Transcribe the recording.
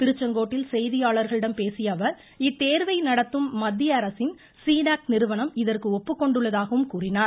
திருச்செங்கோடில் செய்தியாளர்களிடம் பேசிய அவர் இத்தேர்வை நடத்தும் மத்திய அரசின் சி டாக் நிறுவனம் இதற்கு ஒப்புக்கொண்டுள்ளதாகவும் கூறினார்